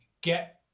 get